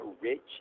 rich